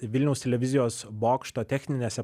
vilniaus televizijos bokšto techninėse